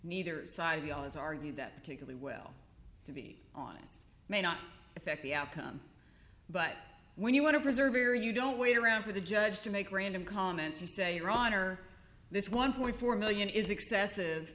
neither side of you has argued that particularly well to be honest may not affect the outcome but when you want to preserve your you don't wait around for the judge to make random comments to say your honor this one point four million is excessive